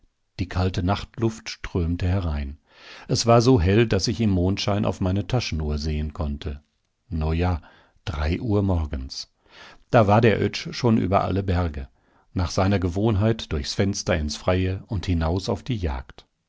die kalte nachtluft strömte herein es war so hell daß ich im mondschein auf meine taschenuhr sehen konnte no ja drei uhr morgens da war der oetsch schon über alle berge nach seiner gewohnheit durchs fenster ins freie und hinaus auf die jagd